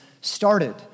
started